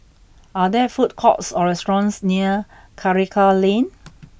are there food courts or restaurants near Karikal Lane